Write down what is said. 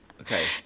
Okay